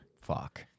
Fuck